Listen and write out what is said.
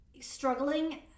Struggling